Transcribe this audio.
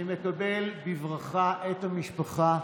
אני מקבל בברכה את המשפחה.